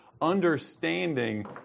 understanding